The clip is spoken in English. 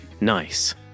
nice